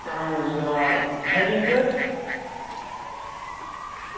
اَہَن آ تھرٛڈِنٛگ تہِ حظ